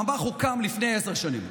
הממ"ח הוקם לפני עשר שנים.